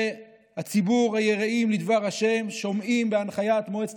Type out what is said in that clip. וציבור היראים לדבר השם שומעים להנחיית מועצת